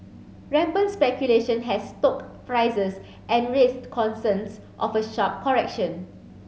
rampant speculation has stoked prices and raised concerns of a sharp correction